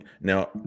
Now